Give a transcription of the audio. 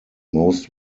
most